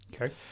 Okay